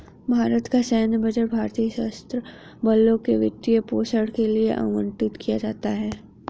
भारत का सैन्य बजट भारतीय सशस्त्र बलों के वित्त पोषण के लिए आवंटित किया जाता है